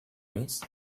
mes